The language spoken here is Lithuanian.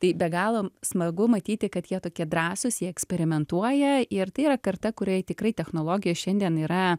tai be galo smagu matyti kad jie tokie drąsūs jie eksperimentuoja ir tai yra karta kuriai tikrai technologija šiandien yra